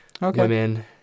women